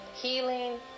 healing